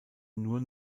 nur